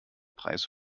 preis